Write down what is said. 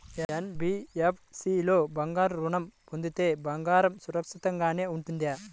NBFC లో బంగారు ఋణం పొందితే బంగారం సురక్షితంగానే ఉంటుందా?